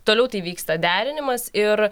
toliau tai vyksta derinimas ir